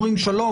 אומרים: שלום,